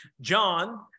John